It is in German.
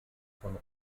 von